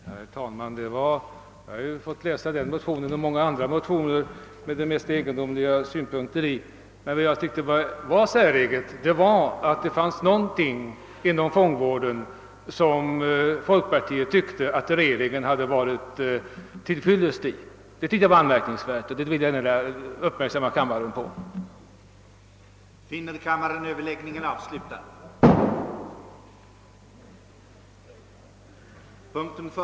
Herr talman! Jag har läst både denna motion och många andra som innehållit de mest egendomliga synpunkter. Och vad jag här funnit särskilt säreget har varit att det inom fångvården finns någonting, där folkpartiet tycker att beredningen har varit till fyllest. Det tyckte jag var anmärkningsvärt, och det ville jag uppmärksamma kammarens ledamöter på.